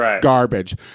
garbage